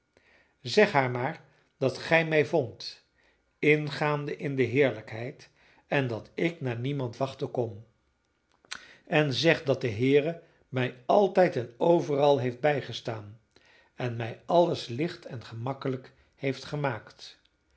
zeg haar maar dat gij mij vondt ingaande in de heerlijkheid en dat ik naar niemand wachten kon en zeg dat de heere mij altijd en overal heeft bijgestaan en mij alles licht en gemakkelijk heeft gemaakt